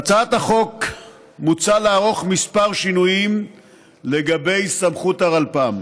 בהצעת החוק מוצע לערוך כמה שינויים לגבי סמכויות הרלפ"מ.